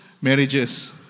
marriages